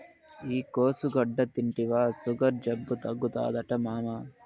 ఈ కోసుగడ్డ తింటివా సుగర్ జబ్బు తగ్గుతాదట మామా